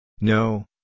No